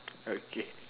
okay